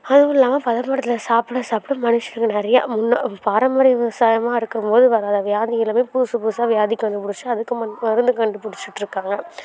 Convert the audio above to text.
அதுவும் இல்லாமல் பதப்படுத்துனதை சாப்பிட சாப்பிட மனுஷனுக்கு நிறையா முன்னே பாரம்பரிய விவசாயமாக இருக்கும்போது வராத வியாதி எல்லாமே புதுசு புதுசாக வியாதி கண்டுபிடிச்சு அதுக்கு ம மருந்து கண்டுபிடிச்சுட்டுருக்காங்க